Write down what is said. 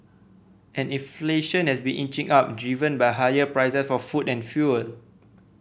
and inflation has been inching up driven by higher price for food and fuel